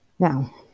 now